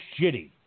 shitty